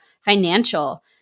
financial